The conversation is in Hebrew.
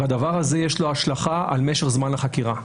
ולדבר הזה יש השלכה על משך זמן החקירה.